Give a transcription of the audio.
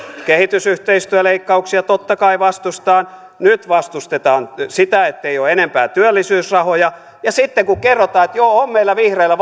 kehitysyhteistyöleikkauksia totta kai vastustetaan nyt vastustetaan sitä ettei ole enempää työllisyysrahoja ja sitten kun kerrotaan että joo on meillä vihreillä